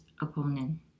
opponent